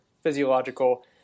physiological